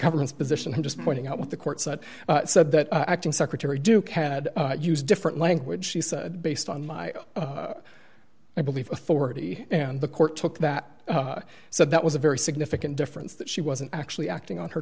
government's position who just pointing out what the court said said that acting secretary duke had used different language she said based on my i believe authority and the court took that so that was a very significant difference that she wasn't actually acting on her